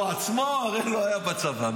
הרי הוא עצמו לא היה בצבא?